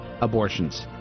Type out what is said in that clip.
abortions